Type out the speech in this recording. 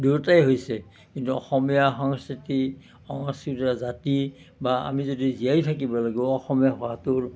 দুয়োটাই হৈছে কিন্তু অসমীয়া সংস্কৃতি সংস্কৃতি আৰু জাতি বা আমি যদি জীয়াই থাকিব লাগিব অসমীয়া হোৱাটোৰ